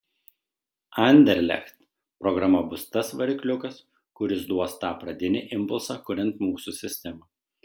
anderlecht programa bus tas varikliukas kuris duos tą pradinį impulsą kuriant mūsų sistemą